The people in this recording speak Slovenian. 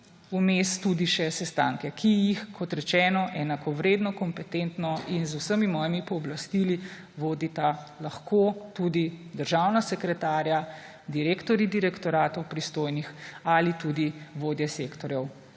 vmes tudi še sestanke, ki jih, kot rečeno, enakovredno, kompetentno in z vsemi mojimi pooblastili vodita lahko tudi državna sekretarja, direktorji pristojnih direktoratov ali tudi vodje sektorjev,